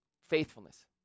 Faithfulness